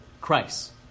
Christ